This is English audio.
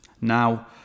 Now